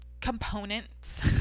components